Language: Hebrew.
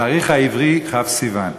סיוון, התאריך העברי: כ' סיוון.